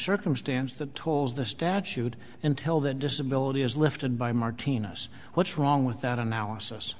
circumstance that tolls the statute until that disability is lifted by martina's what's wrong with that analysis